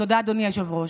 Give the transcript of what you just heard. תודה, אדוני היושב-ראש.